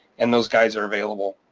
and those guys are available.